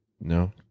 No